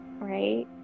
right